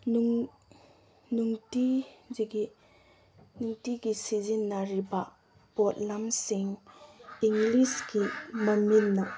ꯅꯨꯡꯇꯤꯖꯥꯏꯒꯤ ꯅꯨꯡꯇꯤꯒꯤ ꯁꯤꯖꯤꯟꯅꯔꯤꯕ ꯄꯣꯠꯂꯝꯁꯤꯡ ꯏꯪꯂꯤꯁꯀꯤ ꯃꯃꯤꯡꯅ